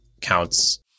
counts